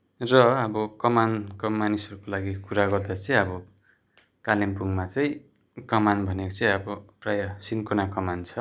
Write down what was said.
र अब कमानका मानिसहरूको लागि कुरा गर्दा चाहिँ अब कालिम्पोङमा चाहिँ कमान भनेको चाहिँ अब प्रायः सिन्कोना कमान छ